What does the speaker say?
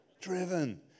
Driven